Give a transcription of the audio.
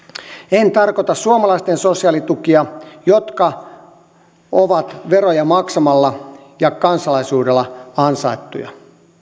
en tarkoita suomalaisten sosiaalitukia jotka ovat veroja maksamalla ja kansalaisuudella ansaittuja